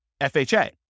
FHA